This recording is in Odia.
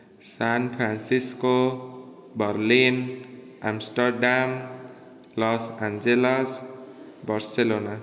ସାନ Francisco Berlin Amsterdam Los Angeles Barcelona